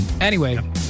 Anyway-